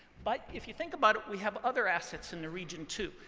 but if you think about it, we have other assets in the region, too.